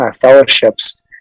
fellowships